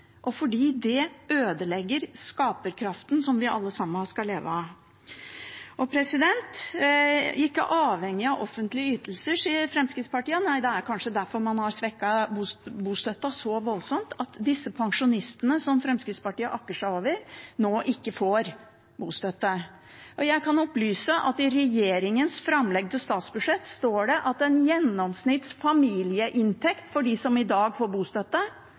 og fordi det ødelegger skaperkraften som vi alle sammen skal leve av. Ikke avhengig av offentlige ytelser, sier Fremskrittspartiet. Nei, det er kanskje derfor man har svekket bostøtten så voldsomt at disse pensjonistene som Fremskrittspartiet akker seg over, nå ikke får bostøtte. Jeg kan opplyse at i regjeringens framlegg til statsbudsjett står det at en gjennomsnittlig familieinntekt for dem som i dag får bostøtte,